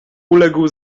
uległ